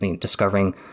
discovering